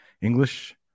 English